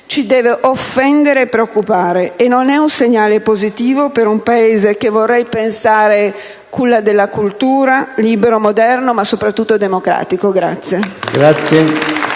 ci deve offendere e preoccupare, e non è un segnale positivo per un Paese che vorrei pensare culla della cultura, libero, moderno, ma soprattutto democratico.